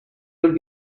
would